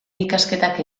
ikasketak